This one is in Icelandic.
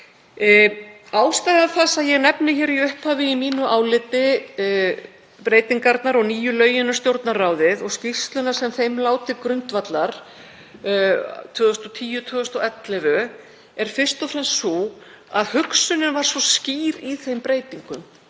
Ástæða þess að ég nefni hér í upphafi í mínu áliti breytingarnar og nýju lögin um Stjórnarráðið og skýrslunnar sem lágu þeim til grundvallar 2010–2011 er fyrst og fremst sú að hugsunin var svo skýr í þeim breytingum.